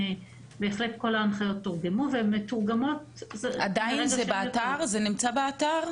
בהחלט כל ההנחיות תורגמו והן מתורגמות --- זה עדיין נמצא באתר?